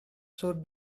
should